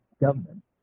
government